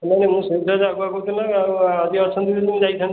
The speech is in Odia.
ନାହିଁ ନାହିଁ ମୁଁ ଆଉ ଆଜି ଅଛନ୍ତି ବୋଲି ମୁଁ ଯାଇଥାନ୍ତିହେରି